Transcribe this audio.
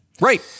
Right